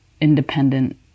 independent